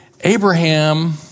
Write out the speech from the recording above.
Abraham